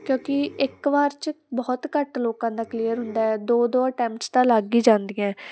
ਕਿਉਂਕਿ ਇੱਕ ਵਾਰ 'ਚ ਬਹੁਤ ਘੱਟ ਲੋਕਾਂ ਦਾ ਕਲੀਅਰ ਹੁੰਦਾ ਦੋ ਦੋ ਅਟੈਮਸ ਤਾਂ ਲੱਗ ਹੀ ਜਾਂਦੀਆਂ